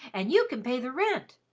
and you can pay the rent.